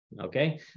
Okay